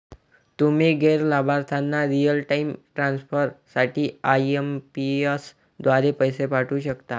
तुम्ही गैर लाभार्थ्यांना रिअल टाइम ट्रान्सफर साठी आई.एम.पी.एस द्वारे पैसे पाठवू शकता